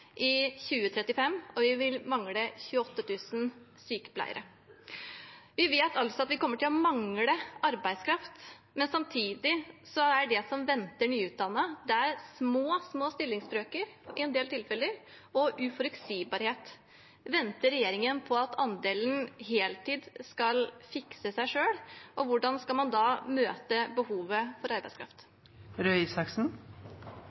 i 2035, og vi vil mangle 28 000 sykepleiere. Vi vet altså at vi kommer til å mangle arbeidskraft. Samtidig vet vi at det som venter nyutdannede, i en del tilfeller er små stillingsbrøker og uforutsigbarhet. Venter regjeringen på at andelen heltid skal fikse seg selv, og hvordan skal man da møte behovet for arbeidskraft?